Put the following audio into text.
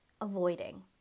avoiding